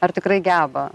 ar tikrai geba